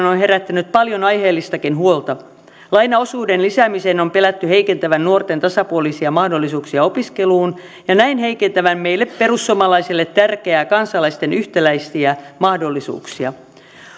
on on herättänyt paljon aiheellistakin huolta lainaosuuden lisäämisen on pelätty heikentävän nuorten tasapuolisia mahdollisuuksia opiskeluun ja näin heikentävän meille perussuomalaisille tärkeitä kansalaisten yhtäläisiä mahdollisuuksia